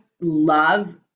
love